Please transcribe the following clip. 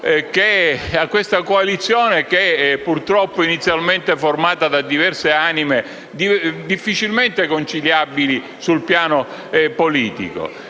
a questa coalizione, inizialmente formata da diverse anime difficilmente conciliabili sul piano politico,